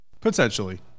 Potentially